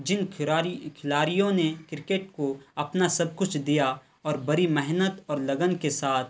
جن کھیڑاڑی کھلاڑیوں نے کرکٹ کو اپنا سب کچھ دیا اور بڑی محنت اور لگن کے ساتھ